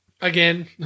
Again